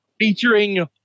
Featuring